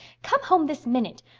come home this minute.